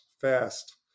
fast